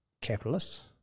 capitalists